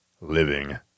living